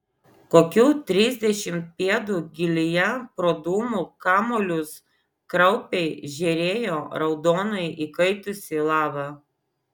kokių trisdešimt pėdų gylyje pro dūmų kamuolius kraupiai žėrėjo raudonai įkaitusi lava